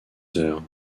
heures